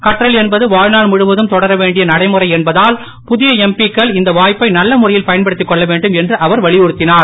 கற்றல் என்பது வாழ்நாள் முழுவதும் தொடரவேண்டிய நடைமுறை என்பதால் புதிய எம்பி க்கள் இந்த வாய்ப்பை நல்ல முறையில் பயன்படுத்திக் கொள்ளவேண்டும் என்று அவர் வலியுறுத்தினுர்